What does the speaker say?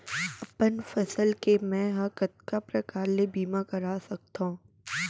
अपन फसल के मै ह कतका प्रकार ले बीमा करा सकथो?